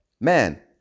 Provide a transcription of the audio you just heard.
man